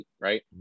right